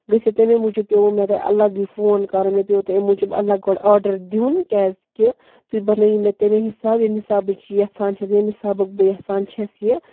گٔژھِتھ تَمے موٗجوٗب پیوٚوُ مےٚ تۄہہِ الگ یہِ فون کَرُن مےٚ پیوٚوُ تۄہہِ اَمۍ موٗجوٗب اَلگ گۄڈٕ آرڈَر دیُن کیٛازکہِ تُہۍ بَنٲیِو مےٚ تَمے حساب ییٚمۍ حساب بہٕ یَژھان چھَس ییٚمۍ حسابُک بہٕ یَژھان چھَس یہِ